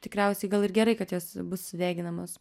tikriausiai gal ir gerai kad jos bus sudeginamos